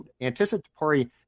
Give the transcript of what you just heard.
anticipatory